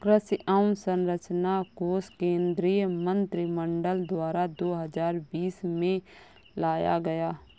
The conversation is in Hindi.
कृषि अंवसरचना कोश केंद्रीय मंत्रिमंडल द्वारा दो हजार बीस में लाया गया